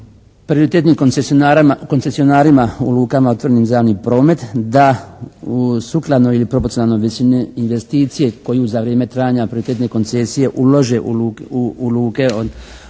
prioritetnim koncesionarima u lukama otvorenim za javni promet da u sukladnoj ili proporcionalnoj visini investicije koju za vrijeme trajanja prioritetne koncesije ulože u luke u kojima